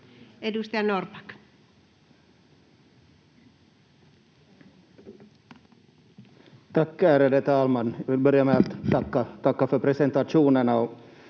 Edustaja Norrback.